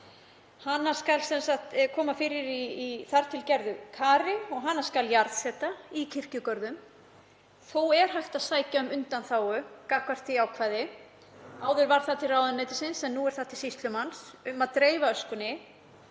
sem sagt koma fyrir í þar til gerðu keri og hana skal jarðsetja í kirkjugörðum. Þó er hægt að sækja um undanþágu frá því ákvæði, áður var það til ráðuneytisins en nú er það til sýslumanns, um að dreifa öskunni